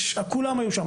כולם היו שם.